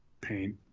paint